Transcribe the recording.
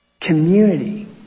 community